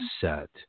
set